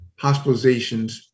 hospitalizations